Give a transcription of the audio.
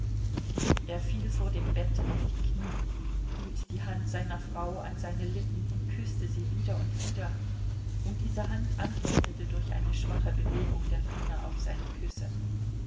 er fiel vor dem bett auf die knie hielt die hand seiner frau an seine lippen und küßte sie wieder und wieder und diese hand antwortete durch eine schwache bewegung der finger auf seine küsse